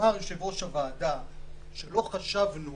אמר יושב-ראש הוועדה שלא חשבנו